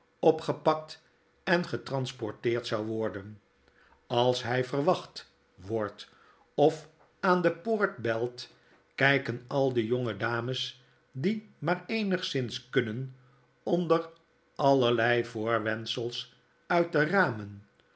drood getransporteerd zou worden als hij verwacht wordt of aan de poort belt kijken aldejonge dames die maar eenigszins kunnen onder allerlei voor wendsels uit de ramen